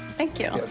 thank you.